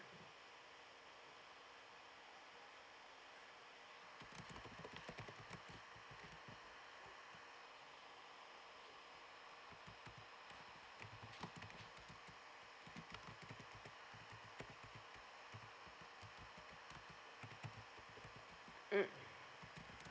mm